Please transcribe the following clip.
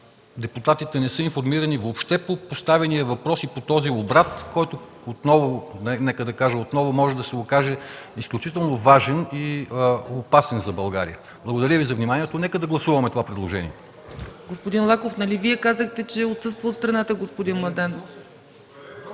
депутатите не са информирани въобще по поставения въпрос и по този обрат, който отново може да се окаже изключително важен и опасен за България. Благодаря Ви за вниманието. Предлагам да гласуваме това предложение.